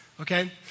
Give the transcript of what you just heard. okay